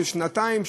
של שנתיים,